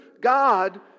God